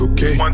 Okay